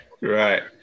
right